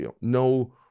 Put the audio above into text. No